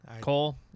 Cole